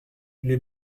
les